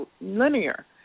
linear